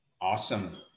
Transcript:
awesome